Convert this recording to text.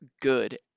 good